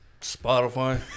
Spotify